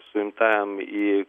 suimtajam į